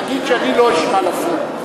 נגיד שאני לא אשמע לסיעה,